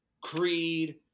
Creed